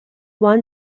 one